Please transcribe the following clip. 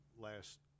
last